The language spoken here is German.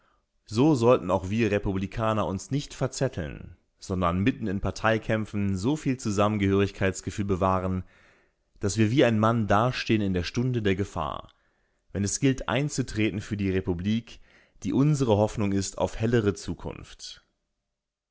so sollten auch wir republikaner uns nicht verzetteln sondern mitten in parteikämpfen so viel zusammengehörigkeitsgefühl bewahren daß wir wie ein mann dastehen in der stunde der gefahr wenn es gilt einzutreten für die republik die unsere hoffnung ist auf hellere zukunft